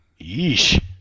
Yeesh